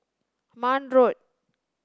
Marne Road